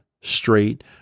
straight